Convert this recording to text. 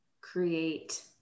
create